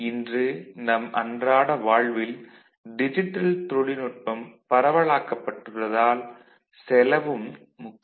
இன்று நம் அன்றாட வாழ்வில் டிஜிட்டல் தொழில்நுட்பம் பரவலாக்கப்பட்டுள்ளதால் செலவும் முக்கிய காரணியாகிறது